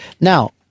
Now